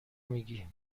میگی